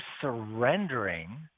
surrendering